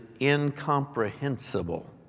incomprehensible